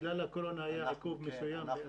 בגלל הקורונה היה עיכוב מסוים.